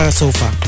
sofa